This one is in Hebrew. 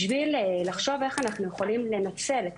על מנת לחשוב איך אנחנו יכולים לנצל את